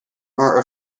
are